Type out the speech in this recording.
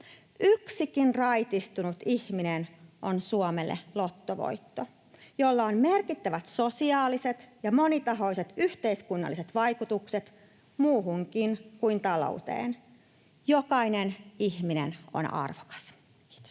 Yksikin raitistunut ihminen on Suomelle lottovoitto, jolla on merkittävät sosiaaliset ja monitahoiset yhteiskunnalliset vaikutukset, muuhunkin kuin talouteen. Jokainen ihminen on arvokas. — Kiitos.